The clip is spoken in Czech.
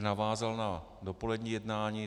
Navázal bych na dopolední jednání.